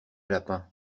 lapin